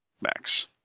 max